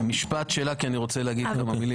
משפט שאלה כי אני רוצה לומר כמה מילים.